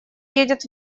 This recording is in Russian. едет